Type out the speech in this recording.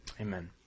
Amen